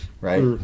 right